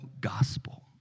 gospel